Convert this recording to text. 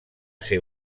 ser